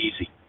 easy